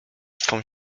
twą